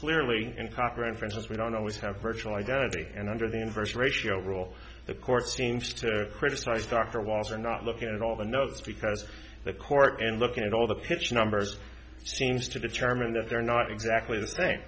clearly in cochran for instance we don't always have virtual identity and under the inverse ratio rule the court seems to criticize dr walser not look at all the notes because the court and looking at all the pitch numbers seems to determine that they're not exactly the thing